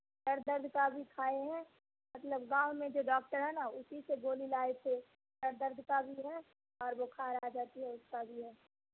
سر درد کا ابھی کھائے ہیں مطلب گاؤں میں جو ڈاکٹر ہے نا اسی سے گولی لائے تھے سر درد کا بھی ہے اور بخار آ جاتی ہے اس کا بھی ہے